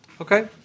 Okay